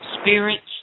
spirits